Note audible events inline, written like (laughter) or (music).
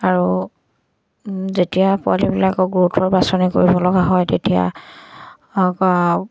আৰু যেতিয়া পোৱালীবিলাকক (unintelligible) বাছনি কৰিব লগা হয় তেতিয়া